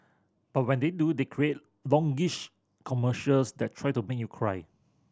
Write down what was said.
but when they do they create longish commercials that try to make you cry